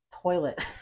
toilet